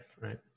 right